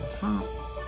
top